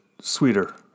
sweeter